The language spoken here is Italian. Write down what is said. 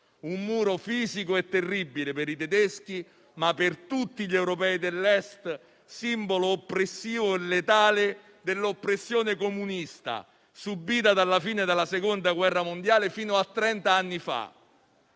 un muro fisico e terribile per i tedeschi, ma per tutti gli europei dell'Est un simbolo oppressivo e letale dell'oppressione comunista, subita dalla fine della Seconda guerra mondiale fino a trent'anni fa.